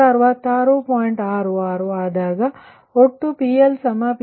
66 ಆದಾಗಒಟ್ಟು PLPg1Pg2